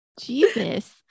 Jesus